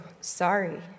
sorry